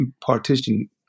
partition